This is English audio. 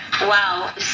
wow